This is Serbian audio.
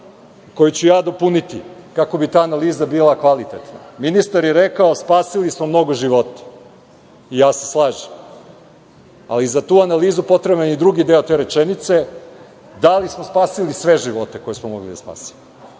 koju ću ja dopuniti kako bi ta analiza bila kvalitetna. Ministar je rekao - spasili smo mnogo života. Ja se slažem, ali za tu analizu potreban je i drugi deo te rečenice - da li smo spasili sve živote koje smo mogli da spasimo?